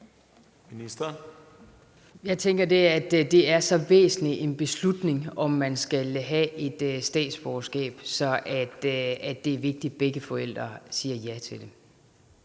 Jeg tænker, at det er så væsentlig en beslutning, om man skal have et statsborgerskab, at det er vigtigt, at begge forældre siger ja til det.